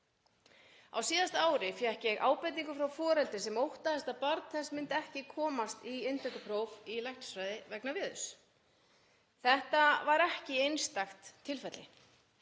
Á síðasta ári fékk ég ábendingu frá foreldri sem óttaðist að barn þess myndi ekki komast í inntökupróf í læknisfræði vegna veðurs. Þetta var ekki einstakt tilfelli.